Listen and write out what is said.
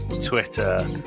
Twitter